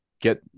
get